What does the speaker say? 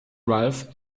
ralph